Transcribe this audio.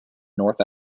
north